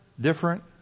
different